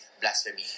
blasphemy